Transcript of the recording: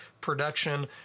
production